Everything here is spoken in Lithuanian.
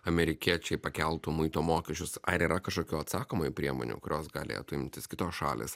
amerikiečiai pakeltų muito mokesčius ar yra kažkokių atsakomųjų priemonių kurios galėtų imtis kitos šalys